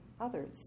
others